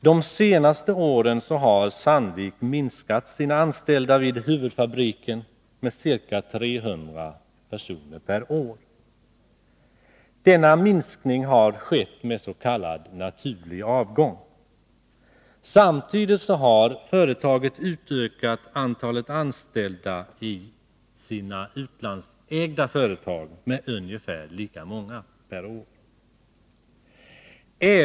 De senaste åren har Sandvik minskat antalet anställda vid huvudfabriken med ca 300 per år. Denna minskning har skett genom s.k. naturlig avgång. Samtidigt har företaget utökat antalet anställda i sina utomlands ägda företag med ungefär lika många per år.